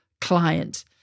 client